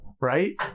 Right